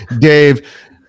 Dave